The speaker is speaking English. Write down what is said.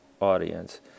audience